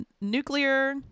Nuclear